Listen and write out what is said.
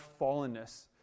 fallenness